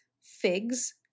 figs